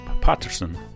Patterson